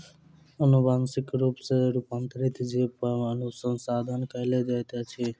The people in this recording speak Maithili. अनुवांशिक रूप सॅ रूपांतरित जीव पर अनुसंधान कयल जाइत अछि